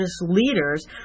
leaders